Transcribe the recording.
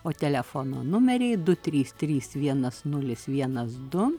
o telefono numeriai du trys trys vienas nulis vienas du